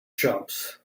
chumps